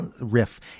riff